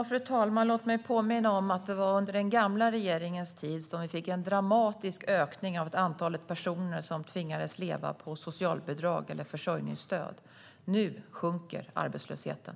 Fru talman! Låt mig påminna om att det var under den gamla regeringens tid som vi fick en dramatisk ökning av antalet personer som tvingades leva på socialbidrag eller försörjningsstöd. Nu sjunker arbetslösheten.